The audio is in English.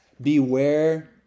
beware